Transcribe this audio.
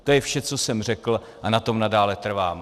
To je vše, co jsem řekl, a na tom nadále trvám.